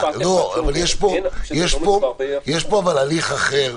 יש פה אבל הליך אחר,